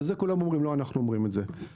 ואת זה כולם אומרים, לא אנחנו אומרים את זה.